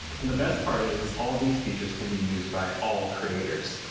and the best part is is all these features can be used by all creators.